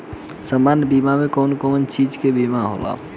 सामान्य बीमा में कवन कवन चीज के बीमा होला?